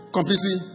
Completely